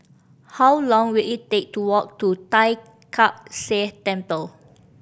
how long will it take to walk to Tai Kak Seah Temple